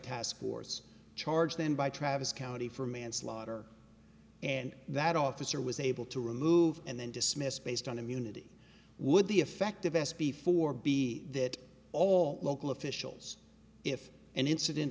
task force charged then by travis county for manslaughter and that officer was able to remove and then dismiss based on immunity would the effect of s b four be that all local officials if an incident